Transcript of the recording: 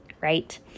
right